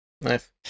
Nice